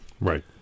Right